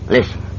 Listen